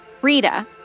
Frida